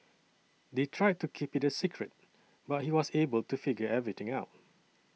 they tried to keep it a secret but he was able to figure everything out